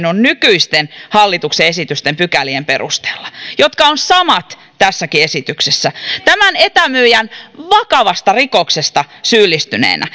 on nykyisen hallituksen esitysten pykälien perusteella jotka ovat samat tässäkin esityksessä yksimielisesti tuominnut etämyyjän vakavaan rikokseen syyllistyneenä